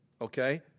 okay